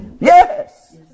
Yes